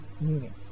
meaning